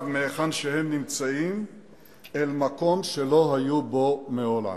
מהיכן שהם נמצאים אל מקום שלא היו בו מעולם.